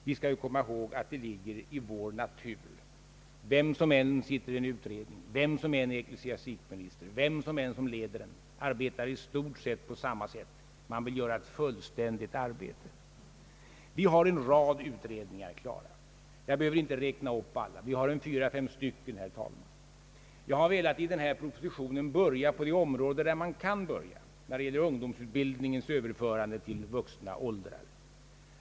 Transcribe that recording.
Vi skall komma ihåg att det ligger i vår natur — vem som än sitter i en utredning, vem som än är ecklesiastikminister, vem som än leder utredningen, så arbetar de alla i stort sett på samma sätt — att vilja göra ett fullständigt arbete. Vi har en rad utredningar klara; jag behöver inte räkna upp dem alla, vi har fyra, fem stycken, herr talman! Jag har nu i denna proposition velat börja på det område, där man kan börja när det gäller ungdomsutbildningens överförande till vuxna åldrar.